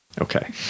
Okay